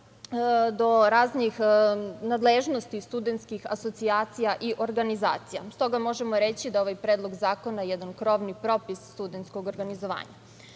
do raznih nadležnosti studentskih asocijacija i organizacija. Stoga možemo reći da je ovaj predlog zakona jedan krovni propis studentskog organizovanja. Prvi